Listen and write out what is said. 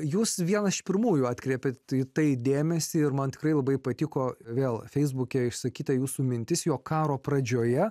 jūs vienas iš pirmųjų atkreipėte į tai dėmesį ir man tikrai labai patiko vėl feisbuke išsakytą jūsų mintis jog karo pradžioje